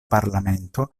parlamento